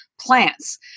plants